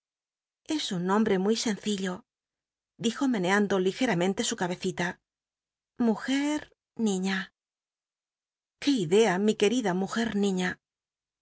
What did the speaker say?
es un nombrc muy sencillo dijo meneando ligeramentc su cabecita mujer ni qué idea mi quca'ida mujer niña